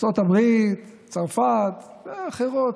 ארצות הברית, צרפת ואחרות,